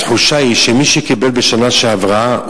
התחושה היא שמי שקיבל בשנה שעברה,